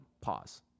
Pause